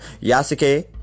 Yasuke